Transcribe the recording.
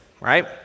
Right